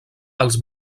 els